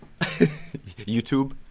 YouTube